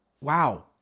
wow